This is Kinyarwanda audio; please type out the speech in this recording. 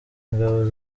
ingabo